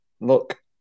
Look